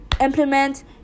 implement